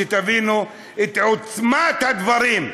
שתבינו את עוצמת הדברים.